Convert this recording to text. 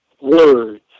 words